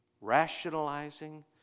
rationalizing